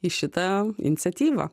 į šitą iniciatyvą